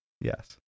yes